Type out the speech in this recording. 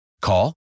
Call